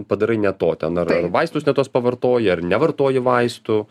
padarai ne to ten ar ar vaistus ne tos pavartoji ar nevartoji vaistų